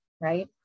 right